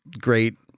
great